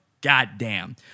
goddamn